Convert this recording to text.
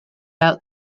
out